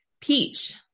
peach